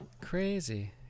Crazy